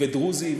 ודרוזים